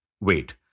Wait